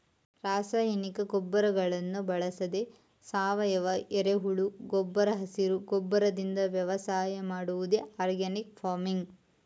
ರಾಸಾಯನಿಕ ಗೊಬ್ಬರಗಳನ್ನು ಬಳಸದೆ ಸಾವಯವ, ಎರೆಹುಳು ಗೊಬ್ಬರ ಹಸಿರು ಗೊಬ್ಬರದಿಂದ ವ್ಯವಸಾಯ ಮಾಡುವುದೇ ಆರ್ಗ್ಯಾನಿಕ್ ಫಾರ್ಮಿಂಗ್